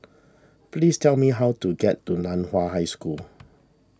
please tell me how to get to Nan Hua High School